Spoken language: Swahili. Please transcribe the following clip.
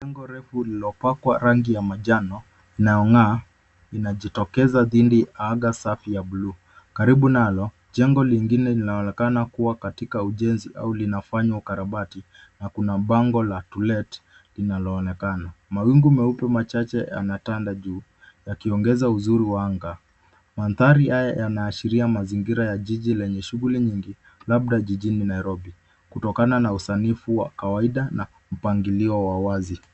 Jengo refu lililopakwa rangi ya manjano inayong'aa, inajitokeza dhidi ya anga safi ya bluu. Karibu nalo, jengo lingine linaonekana kuwa katika ujenzi au linafanywa ukarabati na kuna bango la To Let linaloonekana. Mawingu meupe machache yanatanda juu, yakiongeza uzuri wa anga. Mandhari haya yanaashiria mazingira ya jiji lenye shughuli nyingi labda jijini Nairobi, kutokana na usanifu wa kawaida na mpangilio wa wazi.